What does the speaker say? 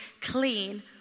clean